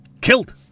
killed